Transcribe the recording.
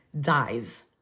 dies